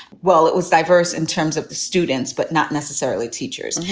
well, it was diverse in terms of the students, but not necessarily teachers. and yeah